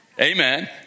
Amen